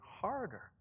harder